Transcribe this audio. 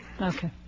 okay